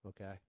okay